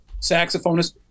saxophonist